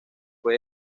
fue